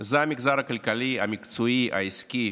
זה המגזר הכלכלי, המקצועי, העסקי,